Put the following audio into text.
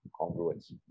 congruence